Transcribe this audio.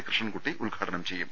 കൃ ഷ്ണൻകുട്ടി ഉദ്ഘാടനം ചെയ്യും